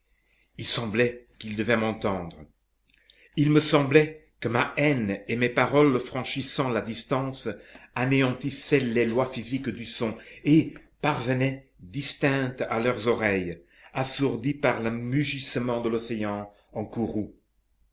il me semblait qu'ils devaient m'entendre il me semblait que ma haine et mes paroles franchissant la distance anéantissaient les lois physiques du son et parvenaient distinctes à leurs oreilles assourdies par les mugissements de l'océan en courroux